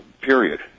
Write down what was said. period